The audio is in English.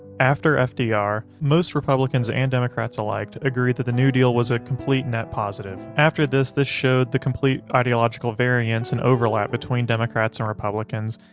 after ah fdr most republicans and democrats alike agreed that the new deal was a complete net positive. after this, this showed the complete ideological variance and overlap between democrats and republicans,